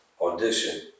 audition